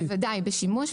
בוודאי, בשימוש.